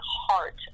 heart